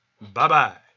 Bye-bye